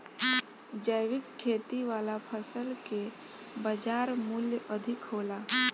जैविक खेती वाला फसल के बाजार मूल्य अधिक होला